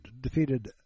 defeated